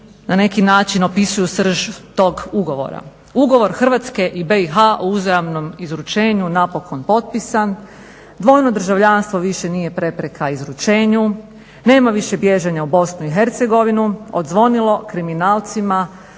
na neki način opisuju srž tog ugovora: Ugovor Hrvatske i BiH o uzajamnom izručenju napokon potpisan, dvojno državljanstvo više nije prepreka izručenju, nema više bježanja u BiH, odzvonilo kriminalcima,